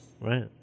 Right